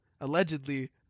allegedly